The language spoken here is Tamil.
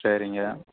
சரிங்க